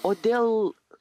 o dėl